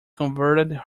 converted